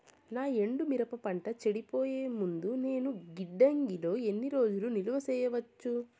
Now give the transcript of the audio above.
నా ఎండు మిరప పంట చెడిపోయే ముందు నేను గిడ్డంగి లో ఎన్ని రోజులు నిలువ సేసుకోవచ్చు?